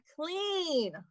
clean